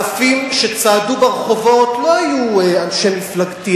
האלפים שצעדו ברחובות לא היו אנשי מפלגתי,